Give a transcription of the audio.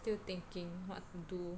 still thinking what to do